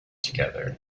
together